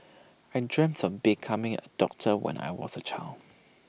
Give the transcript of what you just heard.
I dreamt of becoming A doctor when I was A child